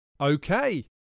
Okay